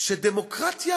שדמוקרטיה